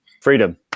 Freedom